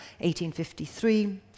1853